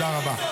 תודה רבה.